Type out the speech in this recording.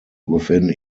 within